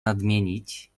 nadmienić